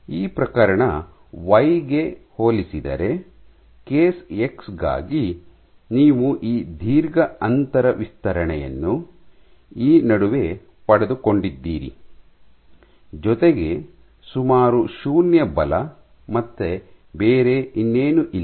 ಈ ಪ್ರಕರಣ ವೈ ಗೆ ಹೋಲಿಸಿದರೆ ಕೇಸ್ ಎಕ್ಸ್ ಗಾಗಿ ನೀವು ಈ ದೀರ್ಘ ಅಂತರ ವಿಸ್ತರಣೆಯನ್ನು ಈ ನಡುವೆ ಪಡೆದುಕೊಂಡಿದ್ದೀರಿ ಜೊತೆಗೆ ಸುಮಾರು ಶೂನ್ಯ ಬಲ ಮತ್ತು ಬೇರೆ ಇನ್ನೇನೂ ಇಲ್ಲ